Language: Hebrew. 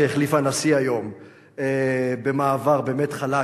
שהחליפה נשיא היום במעבר באמת חלק.